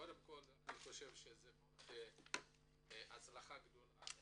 קודם כל זו הצלחה מאוד גדולה